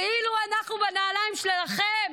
אילו אנחנו בנעליים שלכם,